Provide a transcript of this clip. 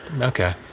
Okay